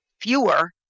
fewer